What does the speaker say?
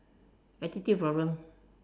attitude problem